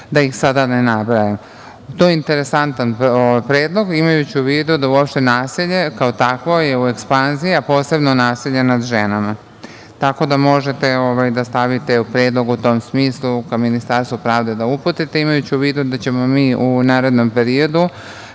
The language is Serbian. da ih sada ne nabrajam. To je interesantan predlog imajući u vidu da uopšte nasilje, kao takvo je u ekspanziji, a posebno nasilje nad ženama. Tako da možete da stavite u predlog u tom smislu ka Ministarstvu pravde da uputite imajući u vidu da ćemo mi u narednom periodu